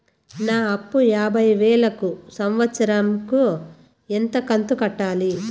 నా అప్పు యాభై వేలు కు సంవత్సరం కు ఎంత కంతు కట్టాలి?